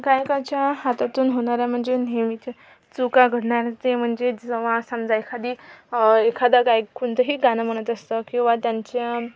गायकांच्या हातातून होणाऱ्या म्हणजे नेहमीच्या चुका घडणाऱ्या ते म्हणजे जेव्हा समजा एखादी एखादा गायक कोणतंही गाणं म्हणत असतं किंवा त्यांच्या